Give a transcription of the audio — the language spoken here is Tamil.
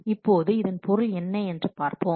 இப்போது இதன் பொருள் என்ன என்று பார்ப்போம்